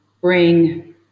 bring